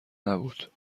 نبود